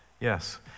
Yes